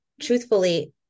truthfully